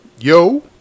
Yo